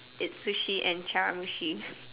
it's sushi and chawanmushi